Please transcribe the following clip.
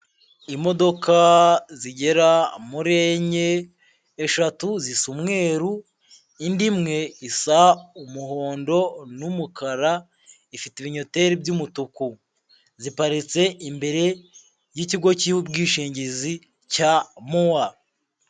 Imodoka zigera muri enye eshatu zisa umweru, indi imwe isa umuhondo n'umukara, ifite ibinnyoteri by'umutuku, ziparitse imbere y'ikigo cy'ubwishingizi cya MUA.